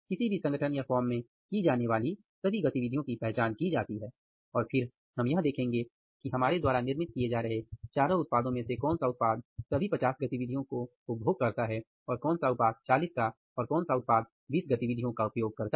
किसी भी संगठन या फॉर्म में की जाने वाली सभी गतिविधियों की पहचान की जाती है और फिर हम यह देखेंगे कि हमारे द्वारा निर्मित किए जा रहे चारों उत्पादों में से कौन सा उत्पाद सभी 50 गतिविधियों का उपभोग करता है और कौन सा उत्पाद 40 कौन सा 30 और कौन सा उत्पाद 20गतिविधियों का उपभोग करता है